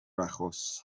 achos